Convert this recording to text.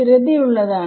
സ്ഥിരതയുള്ളതാണ്